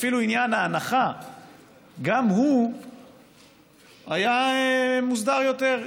גם הוא היה מוסדר יותר.